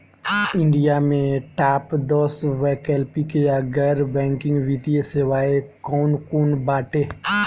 India में top दस वैकल्पिक या गैर बैंकिंग वित्तीय सेवाएं कौन कोन बाटे?